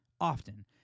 often